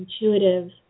intuitive